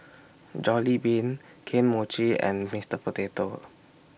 Jollibean Kane Mochi and Mister Potato